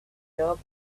job